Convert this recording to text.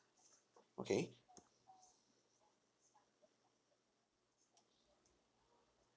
okay